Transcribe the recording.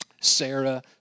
Sarah